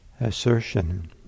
assertion